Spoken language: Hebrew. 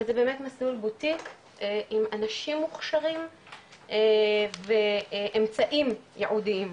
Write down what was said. אבל זה באמת מסלול בוטיק עם אנשים מוכשרים ואמצעים ייעודיים,